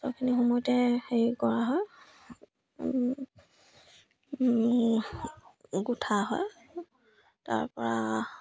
সেইখিনি সময়তে হেৰি কৰা হয় গোঠা হয় তাৰ পৰা